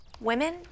Women